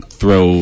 throw